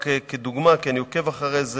רק כדוגמה, כי אני עוקב אחרי זה,